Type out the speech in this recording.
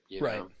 Right